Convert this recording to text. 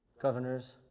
governors